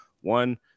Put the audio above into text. One